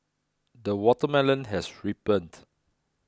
the watermelon has ripened